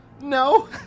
No